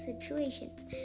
situations